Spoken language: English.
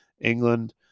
england